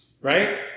Right